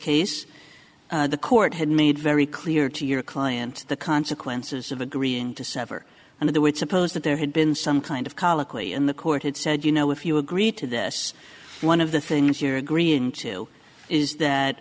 case the court had made very clear to your client the consequences of agreeing to sever and they would suppose that there had been some kind of colloquy in the court had said you know if you agreed to this one of the things you're agreeing to is that